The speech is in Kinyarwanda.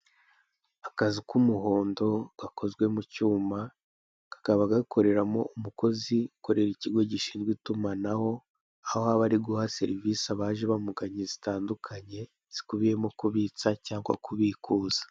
Akazu k'umuhondo gakozwe mu cyuma kakaba gakoreramo umukoze ukorera ikigo gishinzwe itumanaho aho aba ari huha serivise abaje bamuganye zitandukanye zikubiyemo kubitsa cyangwa kubikuza.